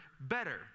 better